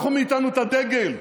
לקחו מאיתנו את הדגל.